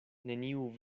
neniu